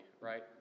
right